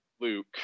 Luke